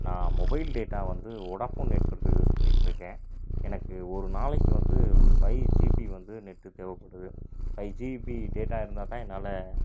நான் mobile data வந்து Vodafone நெட்ஒர்க்குக்கு யூஸ் பண்ணிகிட்ருக்கேன் எனக்கு ஒரு நாளைக்கு வந்து ஃபை ஜிபி வந்து நெட்டு தேவைப்படுது ஃபை ஜிபி டேட்டா இருந்தால்தான் என்னால்